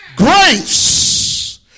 grace